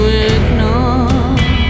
ignore